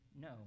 No